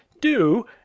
Do